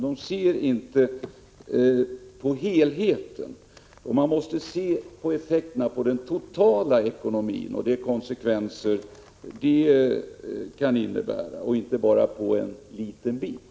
De ser inte på helheten. Man måste studera effekterna för den totala ekonomin och de konsekvenser som blir följden, och inte bara se på en liten del.